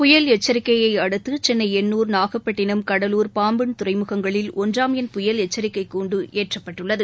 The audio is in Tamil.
புயல் எச்சரிக்கையை அடுத்து சென்னை எண்ணூர் நாகப்பட்டினம் கடலூர் பாம்பன் துறைமுகங்களில் ஒன்றாம் எண் புயல் எச்சரிக்கை கூண்டு ஏற்றப்பட்டுள்ளது